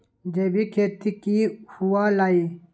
जैविक खेती की हुआ लाई?